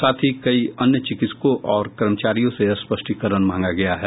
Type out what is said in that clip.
साथ ही कई अन्य चिकित्सकों और कर्मचारियों से स्पस्टीकरण मांगा गया है